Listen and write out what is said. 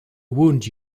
wound